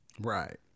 Right